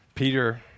Peter